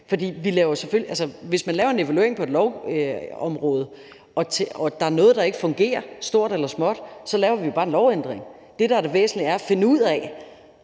Hvis man laver en evaluering på et lovområde og der er noget, der ikke fungerer, stort eller småt, så laver vi bare en lovændring. Det, der er det væsentlige, er at finde ud af